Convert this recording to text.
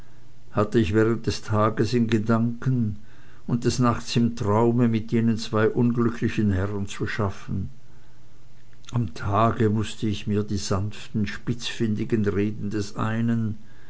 hatte ich während des tages in gedanken und des nachts im traume mit jenen zwei unglücklichen herren zu schaffen am tage mußte ich mir die sanften spitzfindigen reden des einen